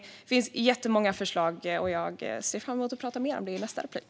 Det finns jättemånga förslag. Jag ser fram emot att tala mer om det i nästa replik.